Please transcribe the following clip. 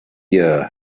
year